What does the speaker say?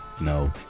no